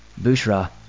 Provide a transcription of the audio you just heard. Bushra